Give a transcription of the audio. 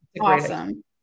Awesome